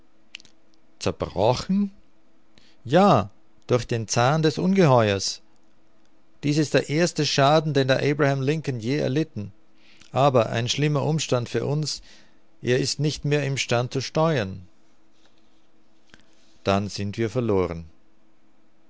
zerbrochen ja durch den zahn des ungeheuers dies ist der erste schaden den der abraham lincoln je erlitten aber ein schlimmer umstand für uns er ist nicht mehr im stand zu steuern dann sind wir verloren